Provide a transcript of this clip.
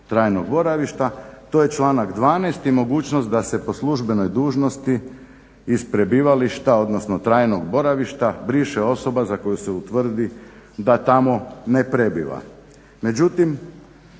trajnog boravišta to je članak 12. i mogućnost da se po službenoj dužnosti iz prebivališta, odnosno trajnog boravišta briše osoba za koju se utvrdi da tamo ne prebiva.